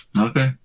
Okay